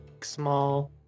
small